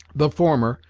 the former,